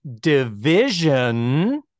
division